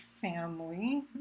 family